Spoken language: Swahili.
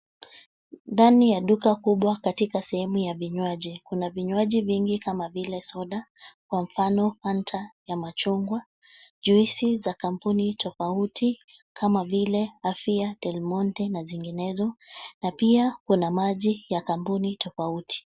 Ndani ya duka kubwa katika sehemu ya vinywaji, kuna vinywaji vingi kama vile soda, kwa mfano Fanta ya machungwa, juisi za kampuni tofauti kama vile(cs) Afia(cs), (cs) Delmonte(cs) na zinginezo, na pia kuna maji ya kampuni tofauti.